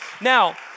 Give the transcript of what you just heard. Now